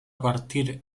partir